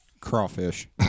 Crawfish